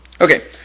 okay